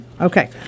Okay